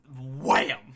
wham